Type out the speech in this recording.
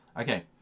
okay